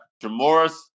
Jamoris